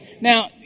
Now